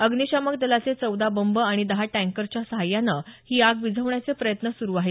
अग्निशामक दलाचे चौदा बंब आणि दहा टँकरच्या सहाय्यानं ही आग विझवण्याचे प्रयत्न सुरू आहेत